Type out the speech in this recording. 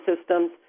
systems